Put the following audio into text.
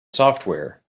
software